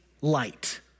light